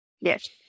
Yes